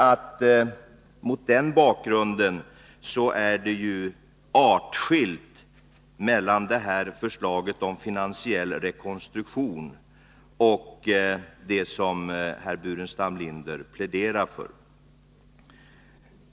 Mot den bakgrunden tycker jag att det finns en åtskillnad mellan detta förslag om finansiell rekonstruktion och det som herr Burenstam Linder pläderar för.